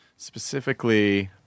Specifically